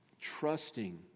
trusting